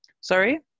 sorry